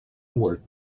were